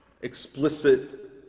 explicit